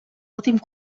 últim